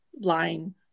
line